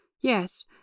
Yes